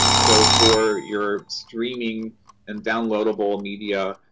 so for your streaming and downloadable media,